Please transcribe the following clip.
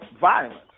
violence